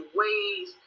ways